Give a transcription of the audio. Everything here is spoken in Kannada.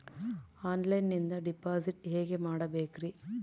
ಆನ್ಲೈನಿಂದ ಡಿಪಾಸಿಟ್ ಹೇಗೆ ಮಾಡಬೇಕ್ರಿ?